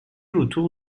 autour